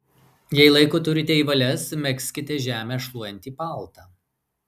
jei laiko turite į valias megzkite žemę šluojantį paltą